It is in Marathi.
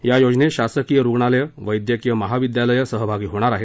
या योजनेत शासकीय रुग्णालयं वैद्यकीय महाविद्यालयं सहभागी होणार आहेत